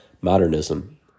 Modernism